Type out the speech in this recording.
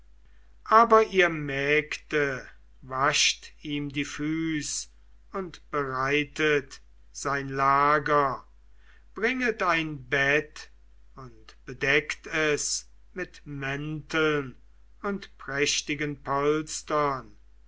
aber ihr mägde wascht ihm die füß und bereitet sein lager bringet ein bett und bedeckt es mit mänteln und prächtigen